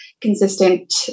consistent